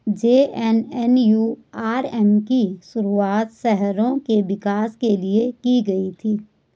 JNNURM की शुरुआत शहरों के विकास के लिए की गई थी